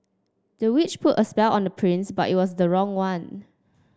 the witch put a spell on the prince but it was the wrong one